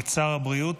את שר הבריאות,